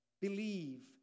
believe